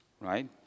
Right